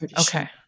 okay